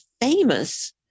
famous